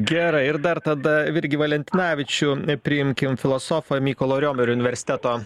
gerai ir dar tada virgį valentinavičių priimkim filosofą mykolo riomerio universiteto